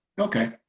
Okay